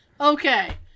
Okay